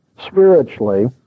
spiritually